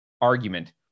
argument